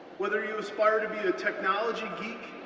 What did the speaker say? whether you aspire to be a technology geek,